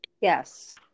Yes